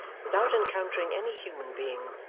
without encountering any human being,